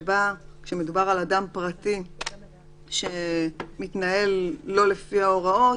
שבה כשמדובר על אדם פרטי שמתנהל שלא לפי ההוראות,